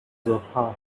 ظهرها